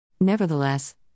Nevertheless